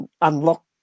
unlock